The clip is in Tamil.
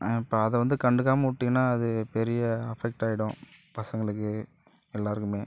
இப்போ அதை வந்து கண்டுக்காமல் விட்டிங்கனா அது பெரிய அஃபெக்ட்டாயிடும் பசங்களுக்கு எல்லோருக்குமே